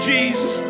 Jesus